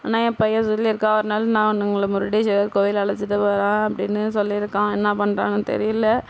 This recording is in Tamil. ஆனால் என் பையன் சொல்லியிருக்கான் ஒருநாள் நான் உங்களை முருடேஸ்வரர் கோயில் அழைச்சிகிட்டு போகிறேன் அப்படின்னு சொல்லியிருக்கான் என்ன பண்றானோ தெரியலை